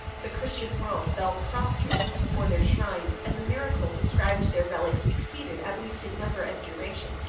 the christian world fell prostrate before their shrines and the miracles ascribed to their relics exceeded, at least in number and duration,